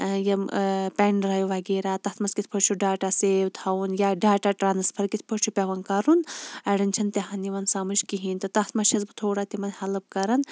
یِم pen drive وَغیرہ تَتھ مَنٛز کتھ پٲٹھۍ چھُ ڈاٹا سیو تھاوُن یا ڈاٹا ٹرانسفر کِتھ پٲٹھۍ چھُ پیٚوان کَرُن اَڑٮ۪ن چھَ نہٕ تِہن یِوان سمجھ کِہیٖنۍ تہِ تَتھ مَنٛز چھَس بہٕ تھوڑا تِمَن ہیٚلٕپ کَران